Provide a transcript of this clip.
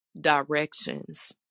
directions